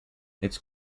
its